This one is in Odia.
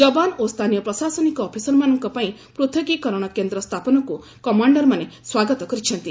ଯବାନ ଓ ସ୍ଥାନୀୟ ପ୍ରଶାସନିକ ଅଫିସରମାନଙ୍କ ପାଇଁ ପୃଥକୀକରଣ କେନ୍ଦ୍ର ସ୍ଥାପନକୁ କମାଣ୍ଡରମାନେ ସ୍ୱାଗତ କରିଛନ୍ତି